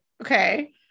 okay